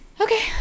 Okay